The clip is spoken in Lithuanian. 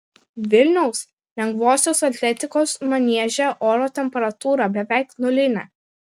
vilniaus lengvosios atletikos manieže oro temperatūra beveik nulinė